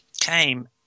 came